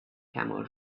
camel